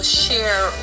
share